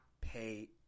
pay